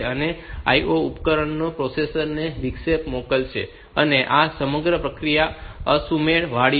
તેથી IO ઉપકરણ તેઓ પ્રોસેસર ને વિક્ષેપ મોકલશે અને આ સમગ્ર પ્રક્રિયા અસુમેળ વાળી છે